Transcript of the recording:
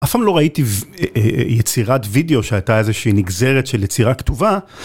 אף פעם לא ראיתי יצירת וידאו שהייתה איזושהי נגזרת של יצירה כתובה.